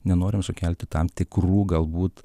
nenorim sukelti tam tikrų galbūt